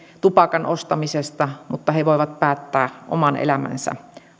tupakan ostamisesta mutta voivat päättää oman elämänsä